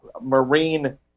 marine